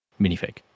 minifig